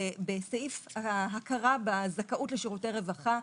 ובסעיף ההכרה בזכאות לשירותי רווחה,